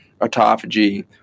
autophagy